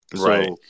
right